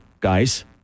guys